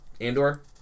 Andor